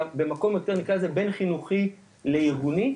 נקרא לזה במקום בין חינוכי לארגוני.